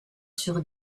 sur